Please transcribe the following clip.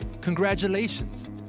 congratulations